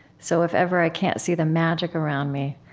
so if ever i can't see the magic around me,